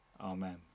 Amen